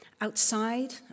Outside